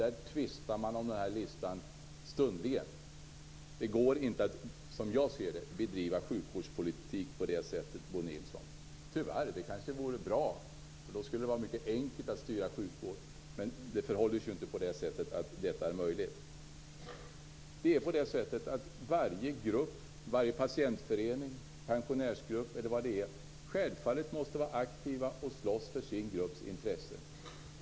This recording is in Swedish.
Där tvistar man om denna lista stundligen. Som jag ser det går det inte att bedriva sjukvårdspolitik på det sättet, Bo Nilsson - tyvärr, för det kanske vore bra. Då skulle det vara enkelt att styra sjukvård, men det är förhåller sig ju inte på det sättet att detta är möjligt. Varje grupp - varje patientförening, pensionärsgrupp eller annan grupp - måste självfallet vara aktiv och slåss för sin grupps intressen.